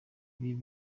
ibyo